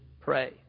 pray